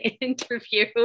interview